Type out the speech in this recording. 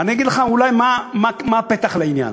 ללא הגבלה?